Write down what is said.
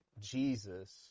Jesus